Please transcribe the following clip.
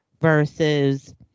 versus